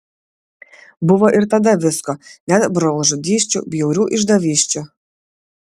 buvo ir tada visko net brolžudysčių bjaurių išdavysčių